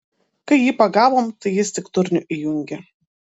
kai jį pagavom tai jis tik durnių įjungė